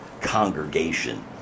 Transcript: congregation